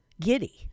giddy